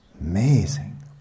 Amazing